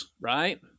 right